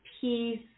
peace